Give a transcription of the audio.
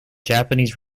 japanese